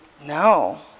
No